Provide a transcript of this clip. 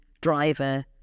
driver